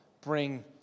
bring